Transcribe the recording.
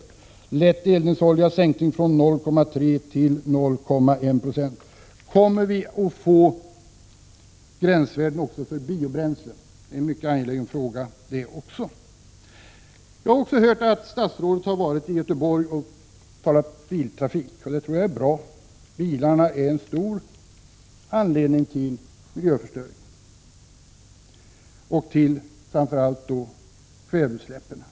Rörande lätt eldningsolja föreslås en sänkning från 0,3 96 till 0,1 96. Kommer vi att få gränsvärden även för biobränslen? Det är också en mycket angelägen fråga. Jag har hört att statsrådet varit i Göteborg och talat om biltrafiken, och det tror jag är bra. Bilarna är en av de stora anledningarna till miljöförstöringen, framför allt i vad gäller kväveutsläpp.